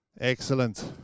Excellent